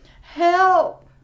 help